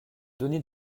donner